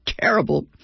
terrible